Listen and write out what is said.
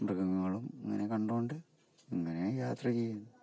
മൃഗങ്ങളും ഇങ്ങനെ കണ്ടുകൊണ്ട് ഇങ്ങനെ യാത്ര ചെയ്യും